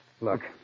Look